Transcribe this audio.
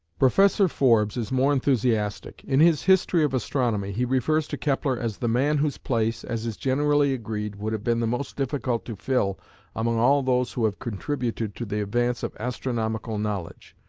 professor forbes is more enthusiastic. in his history of astronomy, he refers to kepler as the man whose place, as is generally agreed, would have been the most difficult to fill among all those who have contributed to the advance of astronomical knowledge,